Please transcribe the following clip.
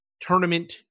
tournament